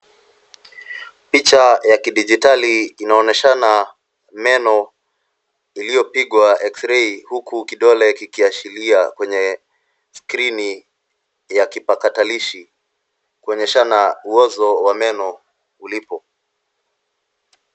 Picha ya kidijitali inaonyeshana meno iliyopigwa x-ray huku kidole kikiashiria kwenye skrini ya kipakatalishi kuonyeshana uozo wa meno ulipo.